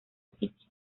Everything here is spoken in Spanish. sitio